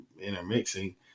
intermixing